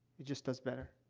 it just does better.